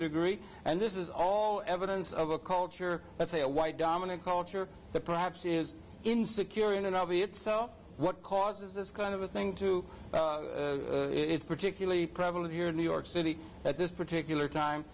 degree and this is all evidence of a culture let's say a white dominant culture that perhaps is in securing and i'll be itself what causes this kind of a thing to it's particularly prevalent here in new york city at this particular time